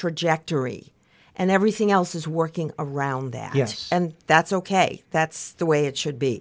trajectory and everything else is working around that yes and that's ok that's the way it should be